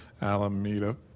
Alameda